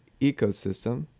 ecosystem